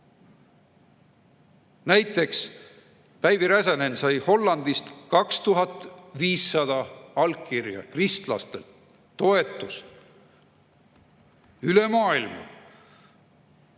teha! Päivi Räsänen sai Hollandist 2500 allkirja, kristlastelt toetust üle maailma.